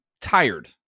tired